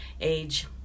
age